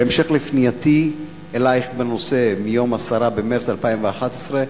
בהמשך לפנייתי אלייך בנושא מיום 10 במרס 2011,